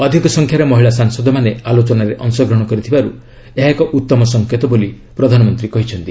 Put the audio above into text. ଅଧିକ ସଂଖ୍ୟାରେ ମହିଳା ସାଂସଦମାନେ ଆଲୋଚନାରେ ଅଂଶଗ୍ରହଣ କରିଥିବାରୁ ଏହା ଏକ ଉଉମ ସଂକେତ ବୋଲି ପ୍ରଧାନମନ୍ତ୍ରୀ କହିଛନ୍ତି